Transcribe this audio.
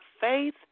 faith